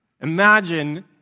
Imagine